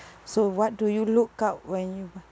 so what do you look out when you